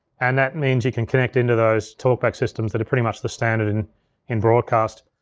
and that means you can connect into those talkback systems that are pretty much the standard in in broadcast.